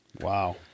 Wow